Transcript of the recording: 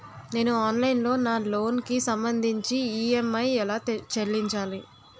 నేను ఆన్లైన్ లో నా లోన్ కి సంభందించి ఈ.ఎం.ఐ ఎలా చెల్లించాలి?